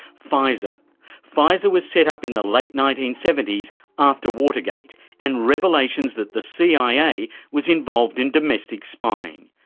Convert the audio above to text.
fisa. fisa was set up in the late nineteen seventy s after watergate and revelations that the cia was involved in domestic spying.